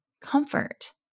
comfort